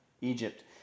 Egypt